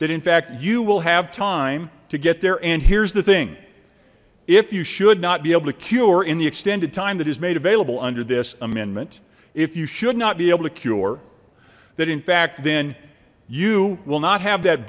that in fact you will have time to get there and here's the thing if you should not be able to cure in the extended time that is made available under this amendment if you should not be able to cure that in fact then you will not have that